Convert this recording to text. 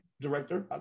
director